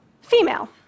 Female